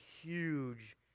huge